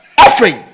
Offering